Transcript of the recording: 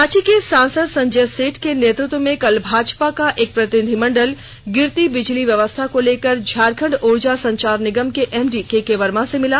रांची के सांसद संजय सेठ के नेतृत्व में कल भाजपा का एक प्रतिनिधिमंडल गिरती बिजली व्यवस्था को लेकर झारखंड ऊर्जा संचार निगम के एमडी केके वर्मा से मिला